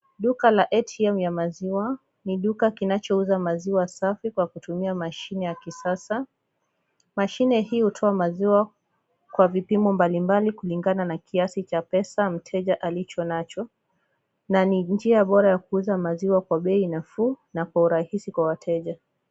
Duka la ATM ya maziwa, ni duka kinachouza maziwa safi kwa kutumia mashine ya kisasa. Mashine hiyo hutoa maziwa kwa vipimo mbalimbnali kulingana na kiasi cha pesa mteja alichonacho na ni njia bora ya kuuza maziwa kwa bei nafuu na kwa urahisi kwa wateja.